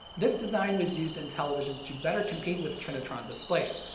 this design was used in televisions to better compete with trinitron displays.